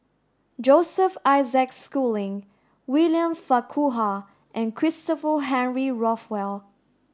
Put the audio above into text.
Joseph Isaac Schooling William Farquhar and Christopher Henry Rothwell